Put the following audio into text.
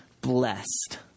blessed